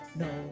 no